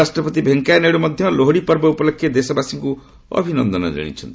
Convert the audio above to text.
ଉପରାଷ୍ଟ୍ରପତି ଭେଙ୍କୟା ନାଇଡୁ ମଧ୍ୟ ଲୋଡିପର୍ବ ଉପଲକ୍ଷେ ଦେଶବାସୀଙ୍କୁ ଅଭିନନ୍ଦନ କଣାଇଛନ୍ତି